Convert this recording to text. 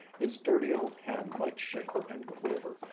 his dirty old hand might shake and quaver,